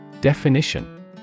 Definition